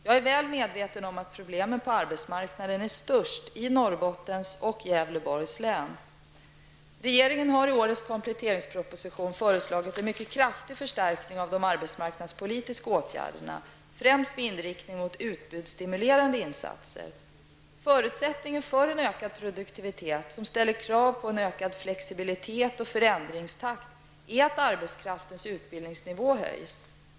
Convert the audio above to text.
Jag är väl medveten om att problemen på arbetsmarknaden är störst i Regeringen har i årets kompletteringsproposition Förutsättningen för en ökad produktivitet, som ställer krav på en ökad flexibilitet och förändringstakt, är att arbetskraftens utbildningsnivå höjs.